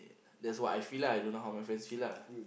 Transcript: that's what I feel lah I don't know how my friends feel lah